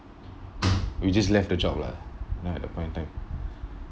we just left the job lah ya at the point of time